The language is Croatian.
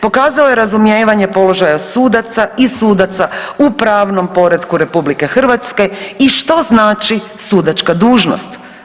Pokazao je razumijevanja položaja sudaca i sudaca u pravnom poretku RH i što znači sudačka dužnost.